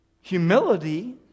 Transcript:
humility